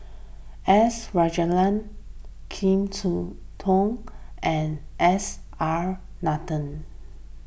S Rajendran Kim and S R Nathan